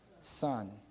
son